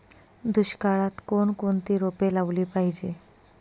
दुष्काळात कोणकोणती रोपे लावली पाहिजे?